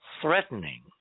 threatening